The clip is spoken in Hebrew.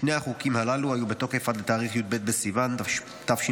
שני החוקים הללו היו בתוקף עד לתאריך י"ב בסיוון התשפ"ד,